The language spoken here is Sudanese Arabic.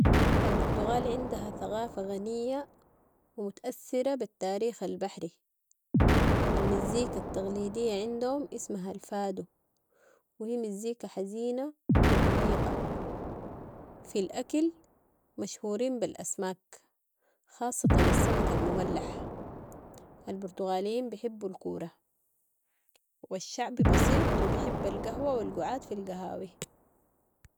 البرتغال عندها ثقافة غنية و مت اثرة بالتاريخ البحري، المزيكا التقليدية عندهم اسمها الفادو و هي مزيكا حزينة و عميقة. في ال اكل مشهورين بال اسماك، خاصة السمك المملح. البرتغاليين بيحبوا الكورة و الشعب بسيط و بحب القهوة و القعاد في القهاوي.